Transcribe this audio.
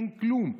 אין כלום.